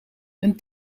een